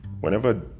whenever